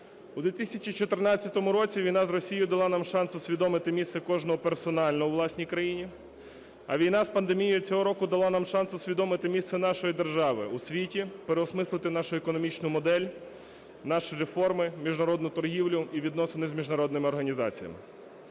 У 2014 році війна з Росією дала нам шанс усвідомити місце кожного персонально у власній країні, а війна з пандемією цього року дала нам шанс усвідомити місце нашої держави у світі, переосмислити нашу економічну модель, наші реформи, міжнародну торгівлю і відносини з міжнародними організаціями.